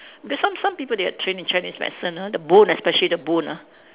there's some some people they are trained in Chinese medicine ah the bone especially the bone ah